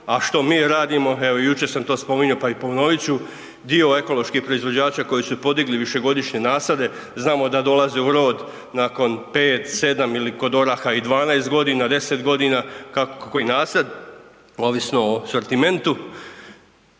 a što mi radimo, evo jučer sam to spominjao, pa i ponovit ću, dio ekoloških proizvođača koji su podigli višegodišnje nasade, znamoda dolaze u rod nakon 5, 7 ili kod oraha i 12 g., 10 g., kako koji nasad, ovisno o sortimentu,